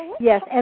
Yes